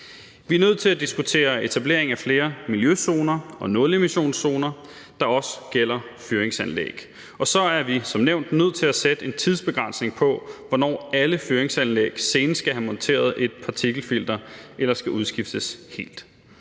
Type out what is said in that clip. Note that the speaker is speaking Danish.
Vi er nødt til at diskutere etablering af flere miljøzoner og nulemissionszoner, der også gælder fyringsanlæg, og så er vi som nævnt nødt til at sætte en tidsbegrænsning på, hvornår alle fyringsanlæg senest skal have monteret et partikelfilter eller skal udskiftes helt.